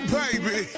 baby